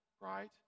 right